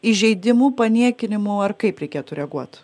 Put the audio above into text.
įžeidimu paniekinimu ar kaip reikėtų reaguot